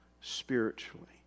spiritually